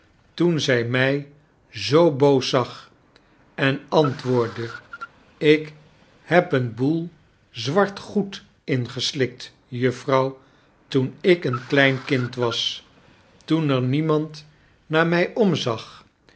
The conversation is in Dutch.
toen zy my zoo boos zag en antwoordde ik heb een boel zwart goed ingeslikt juffrouw toen ik een klein kind was toen er niemand naar my omzag